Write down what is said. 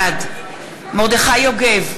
בעד מרדכי יוגב,